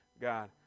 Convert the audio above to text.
God